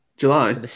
July